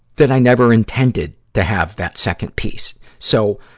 that i never intended to have that second piece. so,